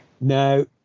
Now